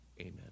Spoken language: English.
Amen